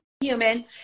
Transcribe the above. human